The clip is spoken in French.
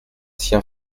sien